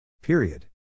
Period